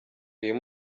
uyu